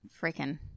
Freaking